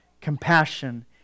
compassion